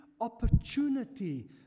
opportunity